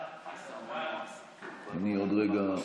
סעיפים 1 4 נתקבלו.